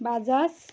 Bajaj